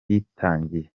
yabitangiye